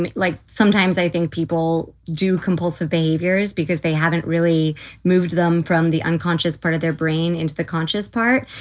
and like sometimes i think people do compulsive behaviors because they haven't really moved them from the unconscious part of their brain into the conscious part.